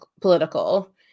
political